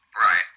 Right